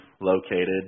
located